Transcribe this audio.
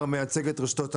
אני מייצג את רשתות המזון.